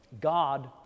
God